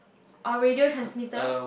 a radio transmitter